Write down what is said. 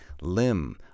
limb